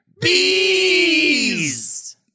bees